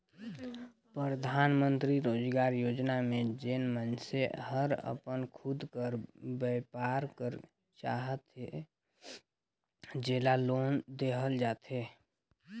परधानमंतरी रोजगार योजना में जेन मइनसे हर अपन खुद कर बयपार करेक चाहथे जेला लोन देहल जाथे